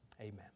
amen